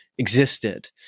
existed